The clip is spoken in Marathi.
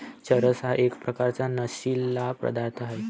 चरस हा एक प्रकारचा नशीला पदार्थ आहे